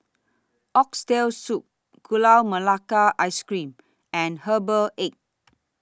Oxtail Soup Gula Melaka Ice Cream and Herbal Egg